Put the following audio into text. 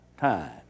time